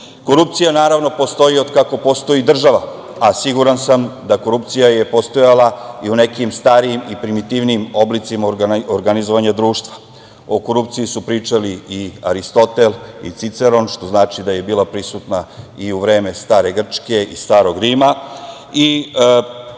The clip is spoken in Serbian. koristi. Korupcija, naravno, postoji od kako postoji država, a siguran sam da je korupcija postojala i u nekim starijim i primitivnijim oblicima organizovanja društva. O korupciji su pričali i Aristotel i Ciceron, što znači da je bila prisutna i u vreme stare Grčke i starog Rima.